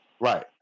right